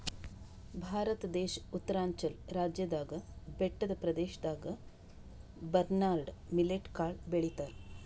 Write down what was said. ಭಾರತ ದೇಶ್ ಉತ್ತರಾಂಚಲ್ ರಾಜ್ಯದಾಗ್ ಬೆಟ್ಟದ್ ಪ್ರದೇಶದಾಗ್ ಬರ್ನ್ಯಾರ್ಡ್ ಮಿಲ್ಲೆಟ್ ಕಾಳ್ ಬೆಳಿತಾರ್